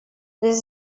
this